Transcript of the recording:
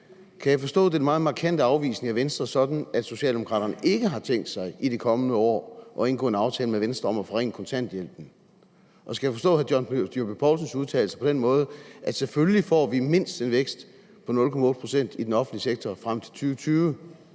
Kan jeg forstå den meget markante afvisning af Venstre sådan, at Socialdemokraterne ikke har tænkt sig i de kommende år at indgå en aftale med Venstre om at forringe kontanthjælpen? Og skal jeg forstå hr. John Dyrby Paulsens udtalelser på den måde, at selvfølgelig får vi mindst en vækst på 0,8 pct. i den offentlige sektor frem til år 2020,